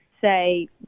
say